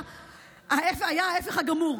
היה ההפך הגמור.